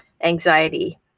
anxiety